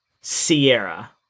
Sierra